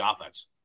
offense